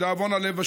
לדאבון הלב,